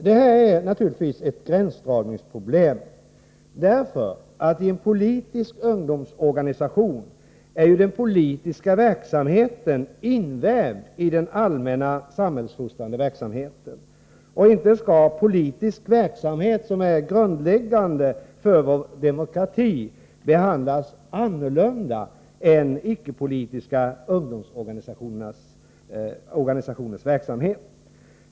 Det rör sig här naturligtvis om ett gränsdragningsproblem. I en politisk ungdomsorganisation är ju det politiska arbetet invävt i det allmänna samhällsfostrande arbetet. Inte skall väl politisk verksamhet, som är grundläggande för vår demokrati, behandlas annorlunda än icke-politiska ungdomsorganisationers verksamhet?